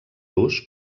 los